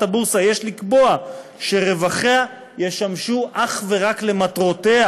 הבורסה יש לקבוע שרווחיה ישמשו אך ורק למטרותיה,